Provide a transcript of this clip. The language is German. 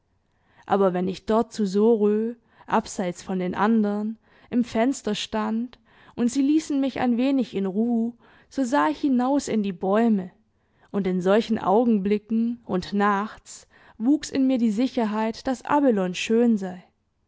aber wenn ich dort zu sorö abseits von den andern im fenster stand und sie ließen mich ein wenig in ruh so sah ich hinaus in die bäume und in solchen augenblicken und nachts wuchs in mir die sicherheit daß abelone schön sei